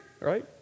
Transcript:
right